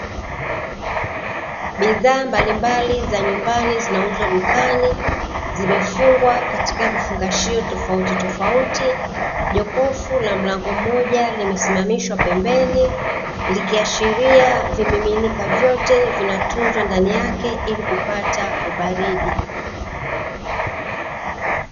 Bidhaa mbalimbali za nyumbani zinauzwa dukani zimefungwa katika vifungashio tofautitofauti, jokofu la mlango mmoja limesimamishwa pembeni likiashiria vimiminika vyote vinatunzwa ndani yake ili kupata ubaridi.